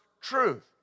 truth